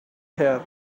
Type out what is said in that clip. here